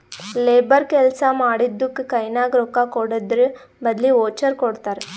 labour ಕೆಲ್ಸಾ ಮಾಡಿದ್ದುಕ್ ಕೈನಾಗ ರೊಕ್ಕಾಕೊಡದ್ರ್ ಬದ್ಲಿ ವೋಚರ್ ಕೊಡ್ತಾರ್